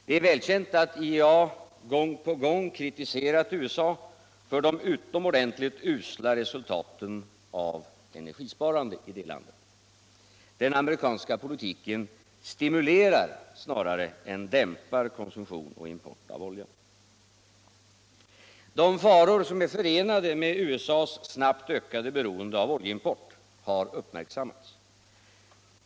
Det är välkänt att IEA gång på gång kritiserat USA för de utomordentligt usla resultaten av energisparandet i landet. Den amerikanska politiken stimulerar snarare än dämpar konsumtion och import av olja. De faror som är förenade med USA:s snabbt ökade beroende av oljeimport har uppmärksammats.